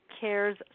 CARES